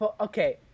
Okay